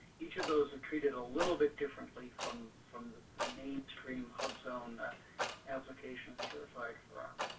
each of those ah treated a little bit differently from from the the mainstream hubzone ah application certified firms.